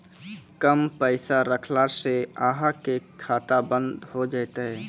कम पैसा रखला से अहाँ के खाता बंद हो जैतै?